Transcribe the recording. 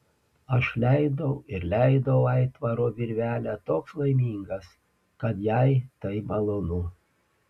aš leidau ir leidau aitvaro virvelę toks laimingas kad jai tai malonu